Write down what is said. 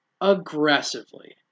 Aggressively